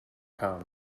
come